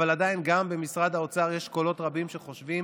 עדיין גם במשרד האוצר יש קולות רבים שחושבים